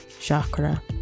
chakra